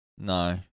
No